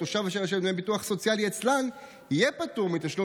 תושב אשר משלם דמי ביטוח סוציאלי אצלן יהיה פטור מתשלום